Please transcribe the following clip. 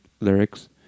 lyrics